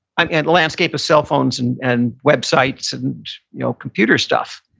and and landscape of cell phones and and websites and you know computer stuff.